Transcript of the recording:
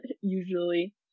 usually